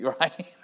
Right